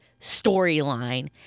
storyline